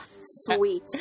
Sweet